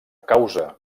causa